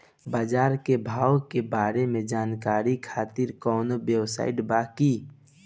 बाजार के भाव के बारे में जानकारी खातिर कवनो वेबसाइट बा की?